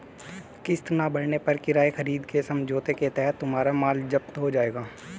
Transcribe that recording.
किस्तें ना भरने पर किराया खरीद के समझौते के तहत तुम्हारा माल जप्त हो जाएगा